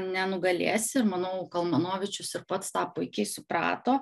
nenugalėsi manau kalmanovičius ir pats tą puikiai suprato